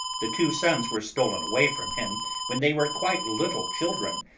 the two sons were stolen away from him when they were quite little children,